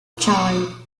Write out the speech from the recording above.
child